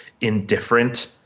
indifferent